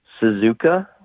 Suzuka